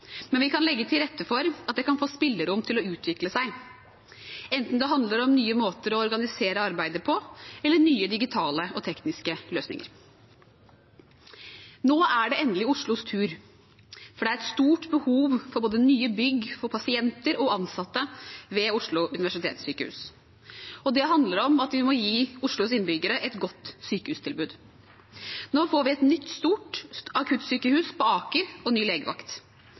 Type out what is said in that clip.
men vi kan legge til rette for at det kan få spillerom til å utvikle seg, enten det handler om nye måter å organisere arbeidet på eller nye digitale og tekniske løsninger. Nå er det endelig Oslos tur, for det er et stort behov for nye bygg for både pasienter og ansatte ved Oslo universitetssykehus. Det handler om at vi må gi Oslos innbyggere et godt sykehustilbud. Nå får vi et nytt, stort akuttsykehus på Aker og ny legevakt.